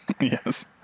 Yes